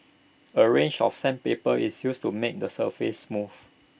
A range of sandpaper is used to make the surface smooth